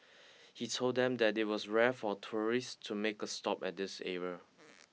he told them that it was rare for tourists to make a stop at this area